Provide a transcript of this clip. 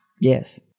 Yes